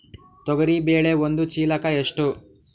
ತೊಗರಿ ಬೇಳೆ ಒಂದು ಚೀಲಕ ಎಷ್ಟು?